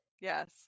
yes